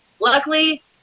luckily